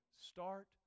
start